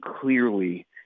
clearly